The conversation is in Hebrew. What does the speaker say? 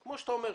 כפי שאתה אומר,